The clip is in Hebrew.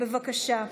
בבקשה.